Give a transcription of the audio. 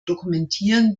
dokumentieren